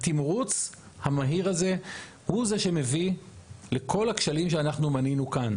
התמרוץ המהיר הזה הוא זה שמביא לכל הכשלים שאנחנו מנינו כאן.